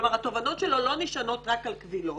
כלומר, התובנות שלו לא נשענות רק על קבילות